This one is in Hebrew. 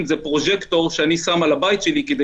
זה פרוז'קטור שהם שמים על הבית שלהם כדי